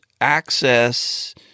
access